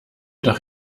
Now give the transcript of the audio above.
doch